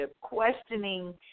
questioning